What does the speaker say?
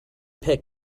pick